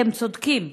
אתם צודקים.